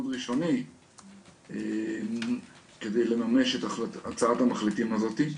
ראשוני כדי לממש את הצעת המחליטים הזאת.